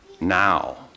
now